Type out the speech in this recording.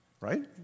right